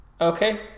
Okay